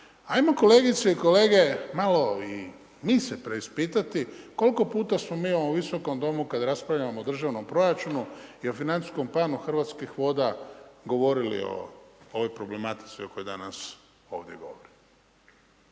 Ajmo kolegice i kolege malo i mi se preispitati, koliko puta smo mi u ovom Visokom domu, kada raspravljamo o državnom proračunu i o financijskom planu Hrvatskih voda, govorili o ovoj problematici o kojoj danas ovdje govorimo.